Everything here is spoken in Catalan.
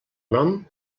nom